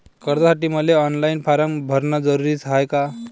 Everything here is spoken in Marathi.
कर्जासाठी मले ऑनलाईन फारम भरन जरुरीच हाय का?